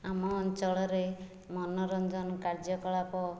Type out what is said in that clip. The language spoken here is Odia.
ଆମ ଅଞ୍ଚଳରେ ମନୋରଞ୍ଜନ କାର୍ଯ୍ୟକଳାପ